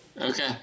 Okay